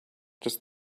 just